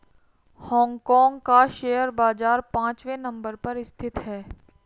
Hong Kong का share बाजार पांचवे नम्बर पर स्थित है